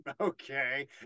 okay